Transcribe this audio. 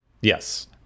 Yes